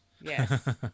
Yes